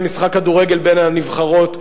משחק כדורגל בין הנבחרות.